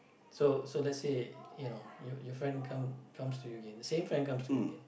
so so let's say you know your your friend come comes to you again the same friend comes to you again